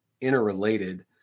interrelated